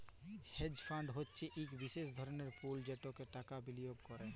hedge fund হছে ইক বিশেষ ধরলের পুল যেটতে টাকা বিলিয়গ ক্যরে